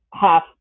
half